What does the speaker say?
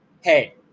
hey